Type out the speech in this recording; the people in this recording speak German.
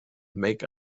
make